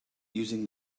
using